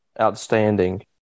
Outstanding